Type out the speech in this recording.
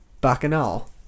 bacchanal